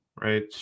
right